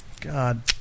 God